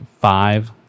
five